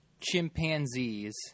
chimpanzees